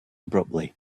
abruptly